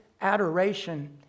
adoration